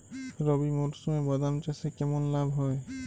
রবি মরশুমে বাদাম চাষে কেমন লাভ হয়?